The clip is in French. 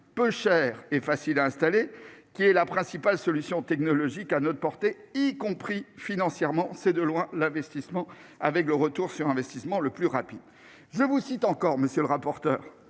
peu onéreux et facile à installer, qui est la principale solution technologique à notre portée, y compris financièrement : c'est de loin le retour sur investissement le plus rapide. Je vous cite encore, monsieur le rapporteur-